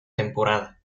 temporada